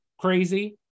crazy